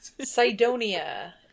Cydonia